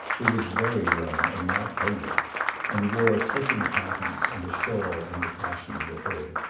who was very young and not ugly and wore clicking pattens and a shawl in the fashion of a hood.